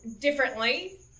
Differently